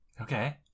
Okay